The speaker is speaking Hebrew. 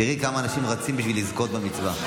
תראי כמה אנשים רצים בשביל לזכות במצווה.